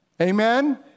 Amen